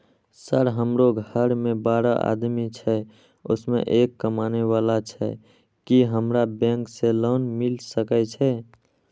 Sir हमरो घर में बारह आदमी छे उसमें एक कमाने वाला छे की हमरा बैंक से लोन मिल सके छे?